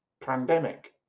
pandemic